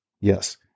yes